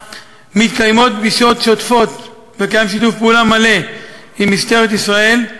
5. מתקיימות פגישות שוטפות וקיים שיתוף פעולה מלא עם משטרת ישראל,